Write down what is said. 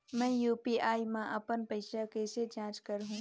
मैं यू.पी.आई मा अपन पइसा कइसे जांच करहु?